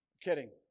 Kidding